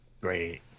great